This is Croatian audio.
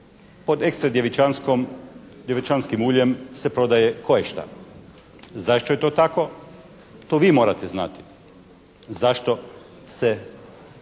Pod ekstra djevičanskim uljem se prodaje koješta. Zašto je to tako to vi morate znati zašto se